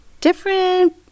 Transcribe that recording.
Different